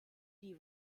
die